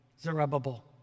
Zerubbabel